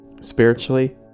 Spiritually